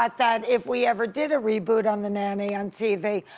that that if we ever did a reboot on the nanny on tv,